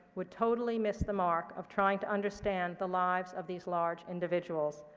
would totally miss the mark of trying to understand the lives of these large individuals.